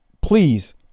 please